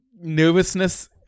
nervousness